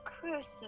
crucifix